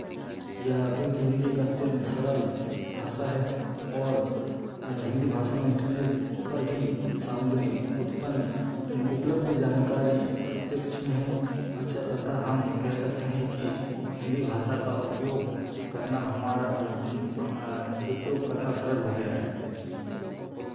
यह क्योंकि हिंदी एक अत्यंत सरल भाषा है और हिंदी भाषा में इंटरनेट पर भी सामग्री उत्पन्न उपलब्ध जानकारी अत्यंत क्षीण है अच्छा अतः हम कह सकते हैं कि हिंदी भाषा का उपयोग करना हमा उपयोग करना सरल हो गया है